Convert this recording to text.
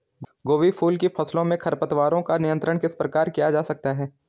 गोभी फूल की फसलों में खरपतवारों का नियंत्रण किस प्रकार किया जा सकता है?